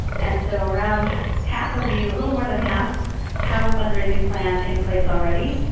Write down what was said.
and so around half of you, a little more than half have a fundraising plan in place already.